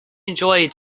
enjoyed